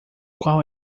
qual